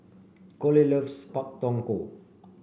Kole loves Pak Thong Ko